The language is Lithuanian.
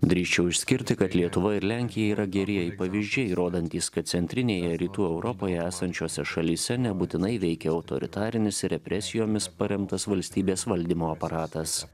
drįsčiau išskirti kad lietuva ir lenkija yra gerieji pavyzdžiai rodantys kad centrinėje rytų europoje esančiose šalyse nebūtinai veikia autoritarinis represijomis paremtas valstybės valdymo aparatas